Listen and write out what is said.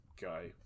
guy